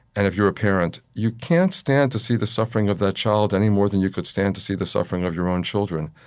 and if you're a parent, you can't stand to see the suffering of that child any more than you could stand to see the suffering of your own children.